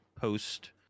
post